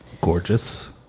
Gorgeous